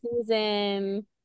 season